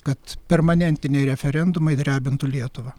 kad permanentiniai referendumai drebintų lietuvą